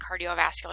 cardiovascular